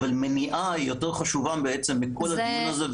היא שמניעה היא יותר חשובה בעצם מכל הדיון הזה,